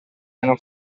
hanno